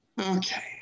Okay